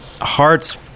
hearts